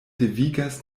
devigas